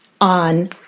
on